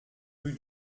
rue